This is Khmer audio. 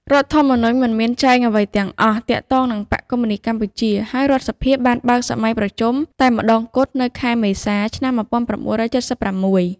រដ្ឋធម្មនុញ្ញមិនមានចែងអ្វីទាំងអស់ទាក់ទងនឹងបក្សកុម្មុយនីស្តកម្ពុជា ហើយរដ្ឋសភាបានបើកសម័យប្រជុំ តែម្តងគត់នៅខែមេសា ឆ្នាំ១៩៧៦ ។